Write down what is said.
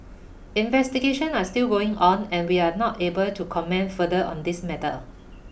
investigations are still going on and we are not able to comment further on this matter